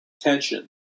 tension